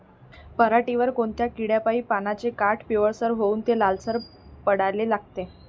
पऱ्हाटीवर कोनत्या किड्यापाई पानाचे काठं पिवळसर होऊन ते लालसर पडाले लागते?